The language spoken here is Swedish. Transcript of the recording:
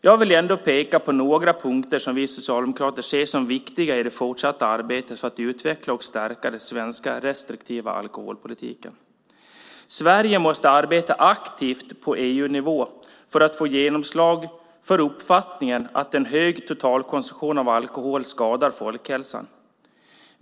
Jag vill ändå peka på några punkter som vi socialdemokrater ser som viktiga i det fortsatta arbetet för att utveckla och stärka den svenska restriktiva alkoholpolitiken. Sverige måste arbeta aktivt på EU-nivå för att få genomslag för uppfattningen att en hög totalkonsumtion av alkohol skadar folkhälsan.